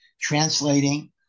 translating